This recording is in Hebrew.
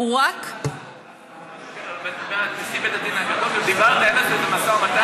בדקת ניהול משא ומתן,